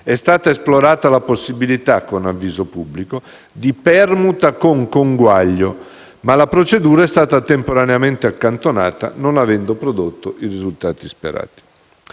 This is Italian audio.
è stata esplorata la possibilità, con avviso pubblico, di permuta con conguaglio, ma la procedura è stata temporaneamente accantonata, non avendo prodotto i risultati sperati.